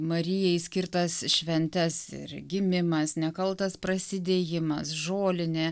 marijai skirtas šventes ir gimimas nekaltas prasidėjimas žolinė